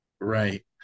right